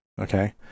Okay